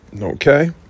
okay